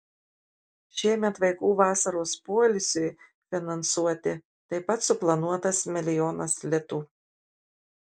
šiemet vaikų vasaros poilsiui finansuoti taip pat suplanuotas milijonas litų